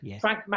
Frank